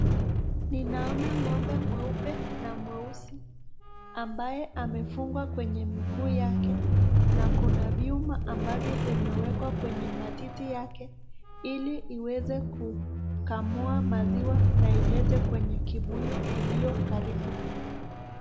Ninaona ng'ombe mweupe na mweusi ambaye amefungwa kwenye mguu yake na kuna vyuma ambavyo vimewekwa kwenye matiti yake ili iweze kukamua maziwa na ilete kwenye kibuyu iliyo karibu.